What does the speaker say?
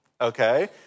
okay